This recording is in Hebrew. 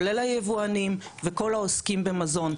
כולל היבואנים וכל העוסקים במזון.